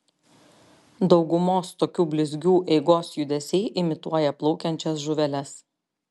daugumos tokių blizgių eigos judesiai imituoja plaukiančias žuveles